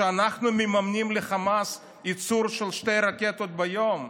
שאנחנו מממנים לחמאס ייצור של שתי רקטות ביום?